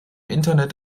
internet